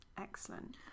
Excellent